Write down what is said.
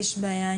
לי יש בעיה עם זה.